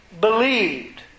believed